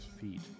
feet